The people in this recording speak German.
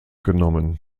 genommen